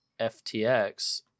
FTX